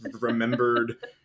remembered